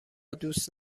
دوست